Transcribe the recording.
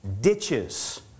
ditches